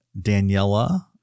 Daniela